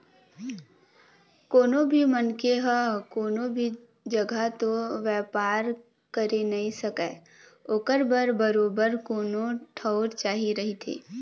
कोनो भी मनखे ह कोनो भी जघा तो बेपार करे नइ सकय ओखर बर बरोबर कोनो ठउर चाही रहिथे